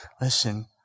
listen